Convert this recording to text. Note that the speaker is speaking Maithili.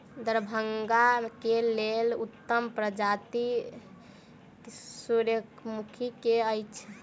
दरभंगा केँ लेल उत्तम प्रजाति केँ सूर्यमुखी केँ अछि?